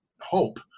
hope